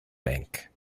bank